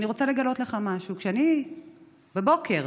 אבל בבוקר